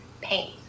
paint